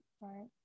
right